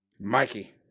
Mikey